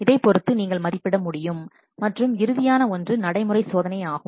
இதை பொருத்து நீங்கள் மதிப்பிட முடியும் மற்றும் இறுதியான ஒன்று ப்ராக்டிகல் டெஸ்ட் ஆகும்